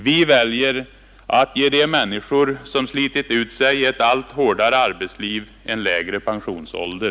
Vi väljer att ge de människor som slitit ut sig i ett allt hårdare arbetsliv en lägre pensionsålder!